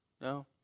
No